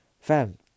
Fam